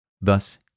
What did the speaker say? Thus